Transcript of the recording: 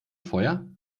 feuer